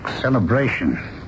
celebration